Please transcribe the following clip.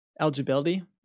eligibility